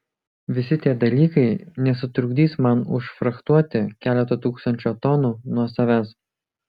visi tie dalykai nesutrukdys man užfrachtuoti keleto tūkstančio tonų nuo savęs